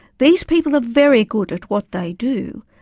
these people are very good at what they do,